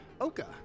Oka